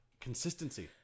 consistency